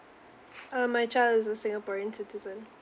uh my child is a singaporean citizen